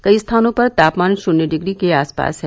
कई स्थानों पर तापमान शून्य डिग्री के आसपास है